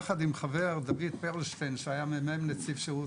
יחד עם חברי דוד פרלשטיין שהיה ממלא מקום נציב שירות